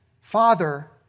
father